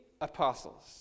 apostles